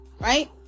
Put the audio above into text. right